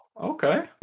okay